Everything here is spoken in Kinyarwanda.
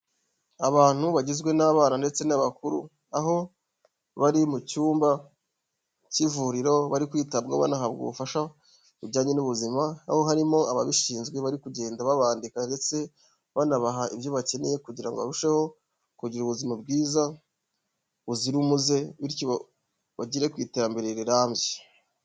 Abantu bagizwe n'abana ndetse n'abakuru, aho bari mu cyumba cy'ivuriro bari kwitabwaho banahabwa ubufasha bujyanye n'ubuzima aho harimo ababishinzwe bari kugenda babandika ndetse banabaha ibyo bakeneye kugira ngo barusheho kugira ubuzima bwiza buzira umuze bityo bagere ku iterambere rirambye.